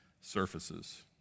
surfaces